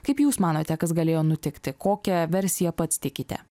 kaip jūs manote kas galėjo nutikti kokia versija pats tikite